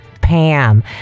Pam